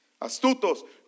astutos